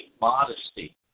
modesty